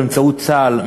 באמצעות צה"ל,